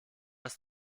ist